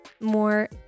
more